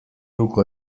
uko